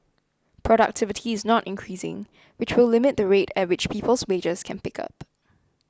productivity is not increasing which will limit the rate at which people's wages can pick up